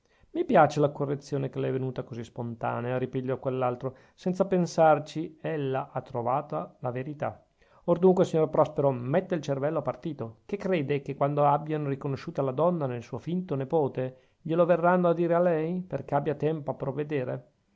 mi piace la correzione che le è venuta così spontanea ripigliò quell'altro senza pensarci ella ha trovata la verità or dunque signor prospero metta il cervello a partito che crede che quando abbiano riconosciuta la donna nel suo finto nepote glielo verranno a dire a lei perchè abbia tempo a provvedere